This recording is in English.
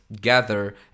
gather